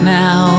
now